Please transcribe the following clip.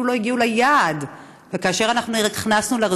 הודעה למזכירת הכנסת.